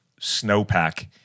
snowpack